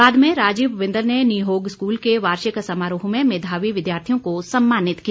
बाद में राजीव बिंदल ने निहोग स्कूल के वार्षिक समारोह में मेधावी विद्यार्थियों को सम्मानित किया